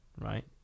right